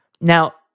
Now